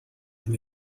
and